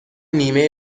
نیمه